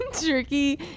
Tricky